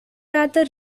rather